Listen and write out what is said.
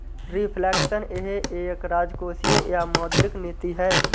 reflection यह एक राजकोषीय या मौद्रिक नीति है